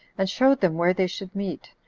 and showed them where they should meet,